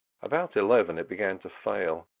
about eleven it began to fail.